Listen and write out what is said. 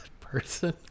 person